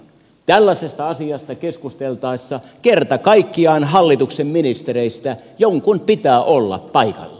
tällaisesta asiasta keskusteltaessa kerta kaikkiaan hallituksen ministereistä jonkun pitää olla paikalla